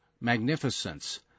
Magnificence